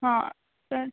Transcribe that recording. हां तर